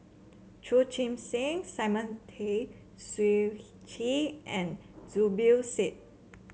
Chu Chee Seng Simon Tay Seong Chee and Zubir Said